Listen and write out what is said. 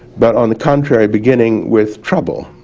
but on the contrary beginning with trouble,